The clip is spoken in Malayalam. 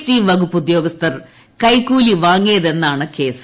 ടി വകുപ്പ് ഉദ്യോഗസ്ഥർ കൈക്കൂലിവാങ്ങിയതെന്നാണ് കേസ്